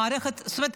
זאת אומרת,